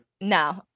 no